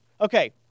Okay